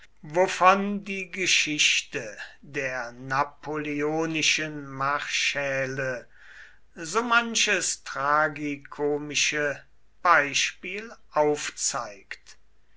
die geschichte der napoleonischen marschälle so manches tragikomische beispiel aufzeigt